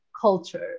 culture